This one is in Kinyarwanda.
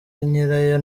nyirayo